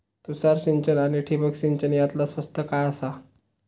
तुषार सिंचन आनी ठिबक सिंचन यातला स्वस्त काय आसा?